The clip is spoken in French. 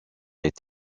est